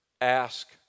ask